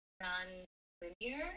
non-linear